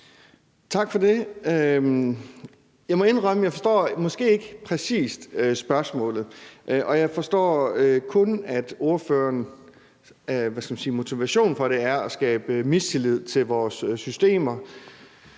Tak for det. Jeg må indrømme, at jeg forstår måske ikke præcis spørgsmålet. Jeg forstår kun, at ordførerens, man kan sige motivation for det er at skabe mistillid til vores systemer.